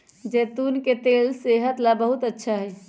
जैतून के तेल सेहत ला बहुत अच्छा हई